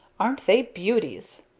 aren't they beauties?